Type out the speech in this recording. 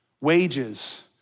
wages